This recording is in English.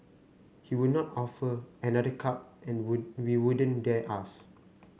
he would not offer another cup and we we wouldn't dare ask